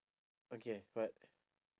okay what